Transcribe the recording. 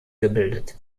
gebildet